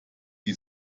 die